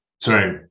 sorry